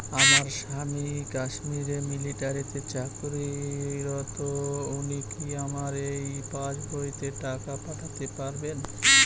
আমার স্বামী কাশ্মীরে মিলিটারিতে চাকুরিরত উনি কি আমার এই পাসবইতে টাকা পাঠাতে পারবেন?